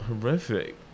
horrific